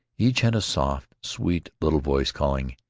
each had a soft, sweet little voice, calling,